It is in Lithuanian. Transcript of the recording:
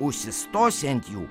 užsistosi ant jų